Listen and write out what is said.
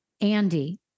Andy